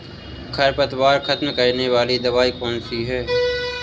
खरपतवार खत्म करने वाली दवाई कौन सी है?